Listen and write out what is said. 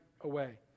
away